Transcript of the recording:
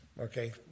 Okay